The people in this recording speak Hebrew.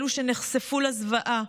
אלו שנחשפו לזוועה,